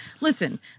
Listen